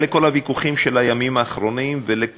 אדוני היושב-ראש, חברות וחברי כנסת נכבדים, אדוני